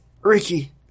ricky